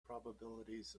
probabilities